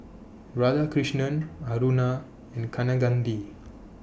Radhakrishnan Aruna and Kaneganti